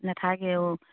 নাথাকে অঁ